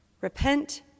Repent